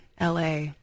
LA